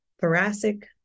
thoracic